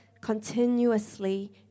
continuously